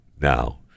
now